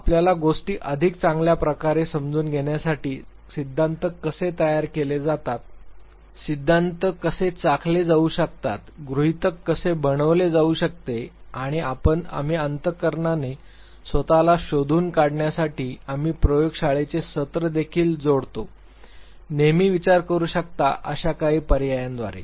आपल्याला गोष्टी अधिक चांगल्या प्रकारे समजून घेण्यासाठी सिद्धांत कसे तयार केले जातात सिद्धांत कसे चाखले जाऊ शकतात गृहीतक कसे बनविले जाऊ शकते आणि आपणआम्ही अंतःकरणाने स्वत ला शोधून काढण्यासाठी आम्ही प्रयोगशाळेची सत्रे देखील जोडतो नेहमी विचार करू शकता अशा काही पर्यायांद्वारे